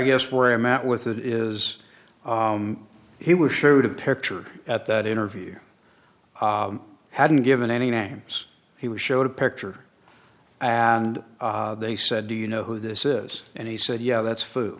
guess where i'm at with it is he was showed a picture at that interview i hadn't given any names he was showed a picture and they said do you know who this is and he said yeah that's food